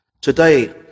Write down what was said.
Today